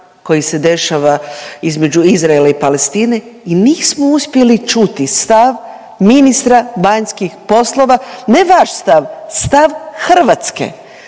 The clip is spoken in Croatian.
koji se dešava između Izraela i Palestine i nismo uspjeli čuti stav ministra vanjskih poslova, ne vaš stav, stav Hrvatske.